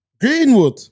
Greenwood